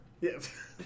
Yes